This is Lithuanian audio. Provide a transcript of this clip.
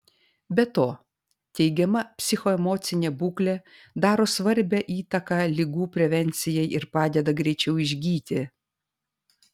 be to teigiama psichoemocinė būklė daro svarbią įtaką ligų prevencijai ir padeda greičiau išgyti